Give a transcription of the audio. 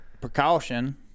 precaution